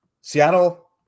Seattle